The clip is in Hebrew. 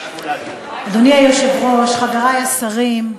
אדוני היושב-ראש, חברי השרים,